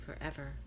forever